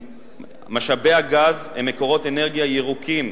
משאבי הגז הם מקורות אנרגיה ירוקים,